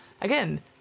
again